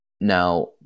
Now